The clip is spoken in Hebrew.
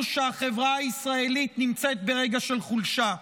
שהחברה הישראלית נמצאת ברגע של חולשה.